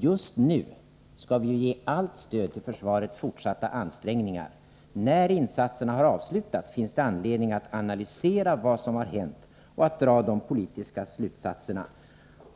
Just nu skall vi ge allt stöd till försvarets fortsatta ansträngningar. När insatserna har avslutats finns det anledning att analysera vad som har hänt och att dra de politiska slutsatserna.